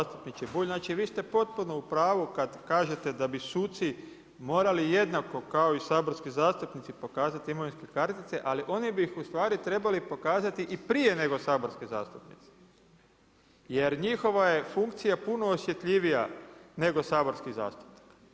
Zastupniče Bulj, znači vi ste potpuno u pravu kad kažete da bi suci morali jednako kao i saborski zastupnici pokazati imovinske kartice, ali oni bi ih u stvari trebali pokazati i prije nego saborski zastupnici jer njihova je funkcija puno osjetljivija nego saborskih zastupnika.